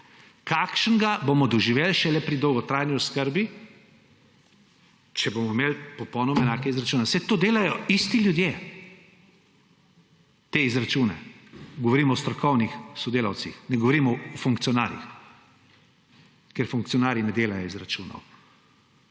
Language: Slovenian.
kakšnega bomo doživeli šele pri dolgotrajni oskrbi, če bomo imeli popolnoma enake izračune?! Saj te izračune delajo isti ljudje. Govorim o strokovnih sodelavcih, ne govorim o funkcionarjih, ker funkcionarji ne delajo izračunov.